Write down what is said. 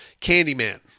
Candyman